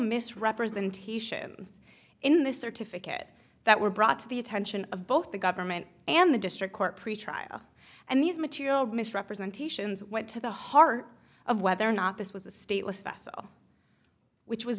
misrepresentations in this certificate that were brought to the attention of both the government and the district court pretrial and these material misrepresentations went to the heart of whether or not this was a stateless vessel which was